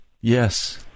Yes